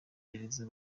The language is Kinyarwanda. gereza